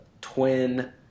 twin